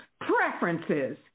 preferences